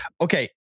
Okay